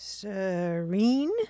serene